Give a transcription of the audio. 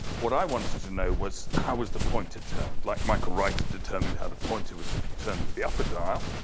what i wanted to know was how was the point to turn, like michael wright had determined how the point it was turn for the upper dial.